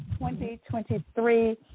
2023